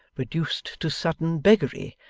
reduced to sudden beggary,